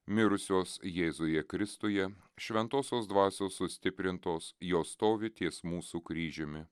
mirusios jėzuje kristuje šventosios dvasios sustiprintos jos stovi ties mūsų kryžiumi